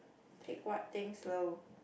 take what things slow